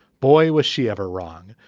boy was she ever wrong.